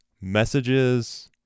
messages